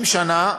50 שנה עברנו,